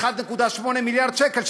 1.8 מיליארד שקל,